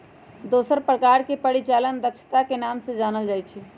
दूसर प्रकार के परिचालन दक्षता के नाम से जानल जा हई